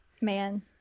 Man